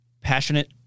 passionate